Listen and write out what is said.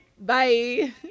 Bye